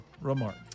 remark